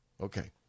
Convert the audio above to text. Okay